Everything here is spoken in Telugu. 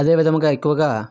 అదే విధముగా ఎక్కువగా